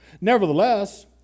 Nevertheless